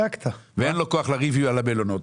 ואין לו כוח לריב על המלונות,